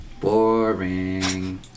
Boring